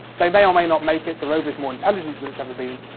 they may or may not make it. the rover is more intelligent than it's ever been,